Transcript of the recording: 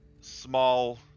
small